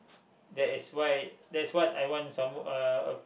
that is why that's what I want some uh